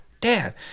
dad